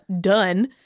done